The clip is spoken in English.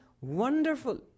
wonderful